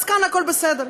אז כאן הכול בסדר.